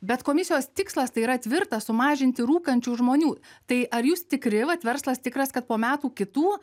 bet komisijos tikslas tai yra tvirtas sumažinti rūkančių žmonių tai ar jūs tikri vat verslas tikras kad po metų kitų